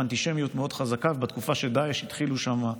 אנטישמיות מאוד חזקה ובתקופה שדאעש התחילו שם,